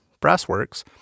Brassworks